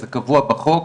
זה קבוע בחוק.